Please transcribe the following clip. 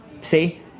See